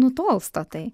nutolsta tai